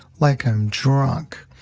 like i'm drunk.